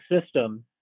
system